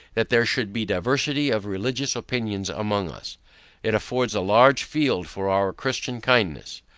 that there should be diversity of religious opinions among us it affords a larger field for our christian kindness.